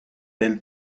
del